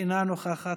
אינה נוכחת,